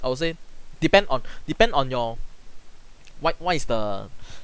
I would say depend on depend on your what why is the